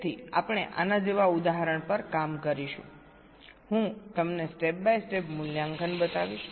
તેથી આપણે આના જેવા ઉદાહરણ પર કામ કરીશું હું તમને સ્ટેપ બાય સ્ટેપ મૂલ્યાંકન બતાવીશ